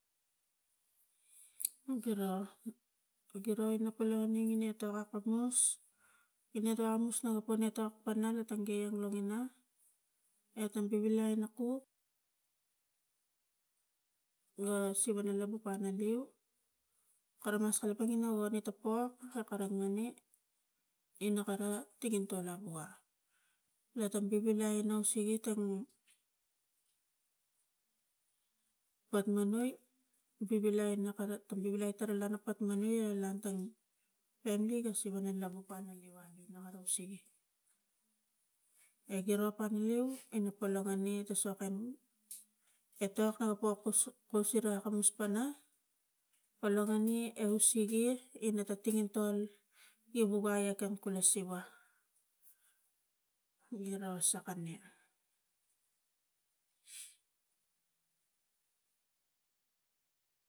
Giro, giro ina poloneng ina etok akamus ina etok akamus naka po etok pana na tang ge long longina e kam bivilai ina kuk, lo siva lo nanu panaleu kara mas kalapang ina voni ta pok kara ngane ina kara tangintol abua lo tang bivilai ina ausike tang patmanoi, bivilai na kara tang patmanoi a la tang pamili ga siva neng labu pana leu na kara usege e giro pana leu eno pologone ta sok emuk etok a pa kus sira akamus pana pologane e usege ina ta tanginto givukai etong kula siva giro sakania.